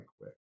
quick